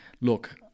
Look